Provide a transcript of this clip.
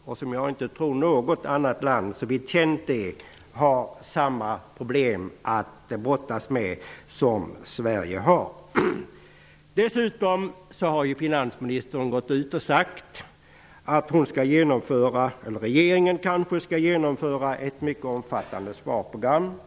Jag tror inte att något annat land, såvitt känt är, brottas med samma problem som Sverige. Dessutom har ju finansministern gått ut och sagt att regeringen kanske skall genomföra ett mycket omfattande sparprogram.